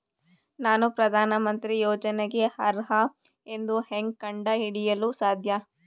ನಾನು ಪ್ರಧಾನ ಮಂತ್ರಿ ಯೋಜನೆಗೆ ಅರ್ಹ ಎಂದು ಹೆಂಗ್ ಕಂಡ ಹಿಡಿಯಲು ಸಾಧ್ಯ?